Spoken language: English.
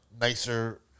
Nicer